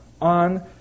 on